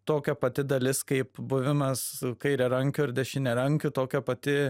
tokia pati dalis kaip buvimas kairiarankiu ar dešiniarankiu tokia pati